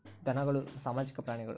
ಧನಗಳು ಸಾಮಾಜಿಕ ಪ್ರಾಣಿಗಳು